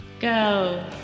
go